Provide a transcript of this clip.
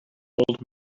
old